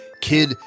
kid